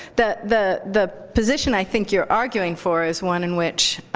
the the the position i think you're arguing for is one in which